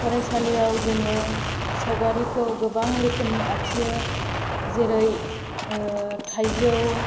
फरायसालियाव जोङो सावगारिखौ गोबां रोखोमनि आखियो जेरै थायजौ